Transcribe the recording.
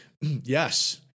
Yes